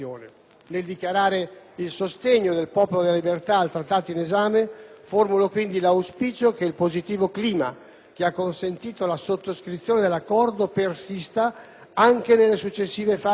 che ha consentito la sottoscrizione dell'Accordo persista anche nelle successive fasi di attuazione e specificazione dei patti, e che la collaborazione tra Italia e Libia prosegua su binari nuovi